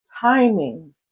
timing